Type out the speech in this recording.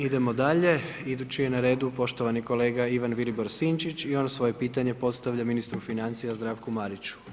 Idemo dalje, idući je neredu, poštovani kolega Ivan Vilibor Sinčić i on svoje pitanje postavlja ministru financija Zdravku Mariću.